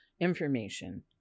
information